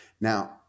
Now